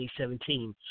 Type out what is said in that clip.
2017